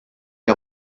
der